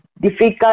difficult